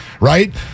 Right